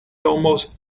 almost